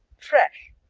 fresh